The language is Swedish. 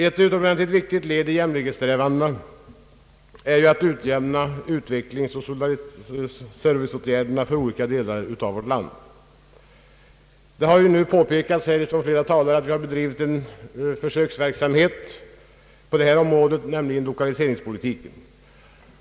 Ett utomordentligt viktigt led i jämlikhetssträvandena är att utjämna utvecklingsoch serviceåtgärderna för olika delar av vårt land. Flera talare i debatten har redan påpekat att en försöksverksamhet har bedrivits på detta område, nämligen lokaliseringspolitiken.